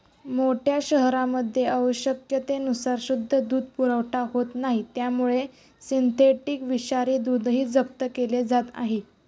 मोठ्या शहरांमध्ये आवश्यकतेनुसार शुद्ध दूध पुरवठा होत नाही त्यामुळे सिंथेटिक विषारी दूधही जप्त केले जात आहे